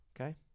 Okay